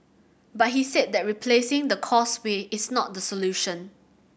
but he said that replacing the Causeway is not the solution